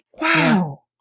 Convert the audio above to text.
Wow